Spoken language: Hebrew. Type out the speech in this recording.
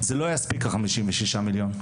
זה לא יספיק ה-56 מיליון.